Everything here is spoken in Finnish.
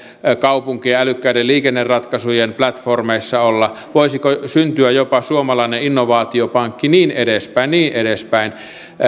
kaupunkien älykkäiden liikenneratkaisujen platformeissa voisiko syntyä jopa suomalainen innovaatiopankki ja niin edespäin ja niin edespäin